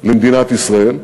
למדינת ישראל.